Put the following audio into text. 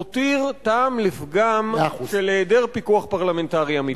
מותיר טעם לפגם של היעדר פיקוח פרלמנטרי אמיתי.